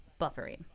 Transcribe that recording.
buffering